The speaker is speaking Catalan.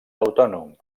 autònom